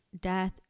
death